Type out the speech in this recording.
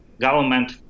government